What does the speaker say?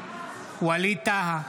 ווליד טאהא,